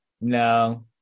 No